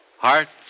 hearts